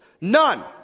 None